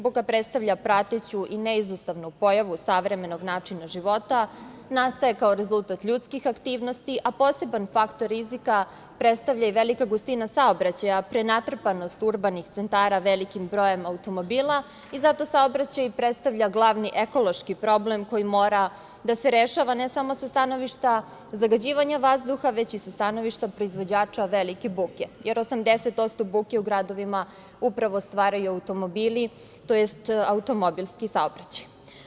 Buka predstavlja prateću i neizostavnu pojavu savremenog načina života, nastaje kao rezultat ljudskih aktivnosti, a poseban faktor rizika predstavlja i velika gustina saobraćaja, prenatrpanost urbanih centara velikim brojem automobila, i zato saobraćaj i predstavlja glavni ekološki problem koji mora da se rešava ne samo sa stanovišta zagađivanja vazduha, već i sa stanovišta proizvođača velike buke, jer 80% buke u gradovima upravo stvaraju automobili, tj. automobilski saobraćaj.